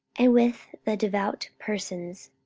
and with the devout persons,